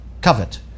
covet